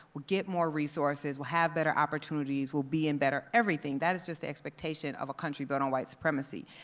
will get more resources, will have better opportunities, will be in better everything. that is just the expectation of a country built on white supremacy.